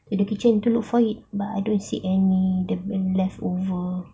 into the kitchen to look for it but I didn't see any dia punya leftover